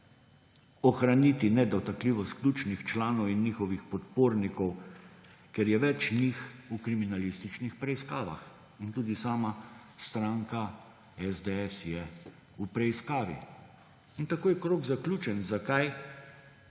ohraniti nedotakljivost ključnih članov in njihovih podpornikov, ker je več njih v kriminalističnih preiskavah in tudi sama stranka SDS je v preiskavi. In tako je krog zaključen, zakaj